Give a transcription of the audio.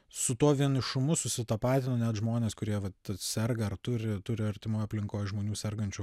su tuo vienišumu susitapatina net žmonės kurie vat serga ar turi turi artimoj aplinkoj žmonių sergančių